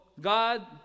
God